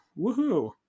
woohoo